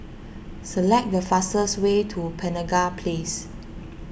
select the fastest way to Penaga Place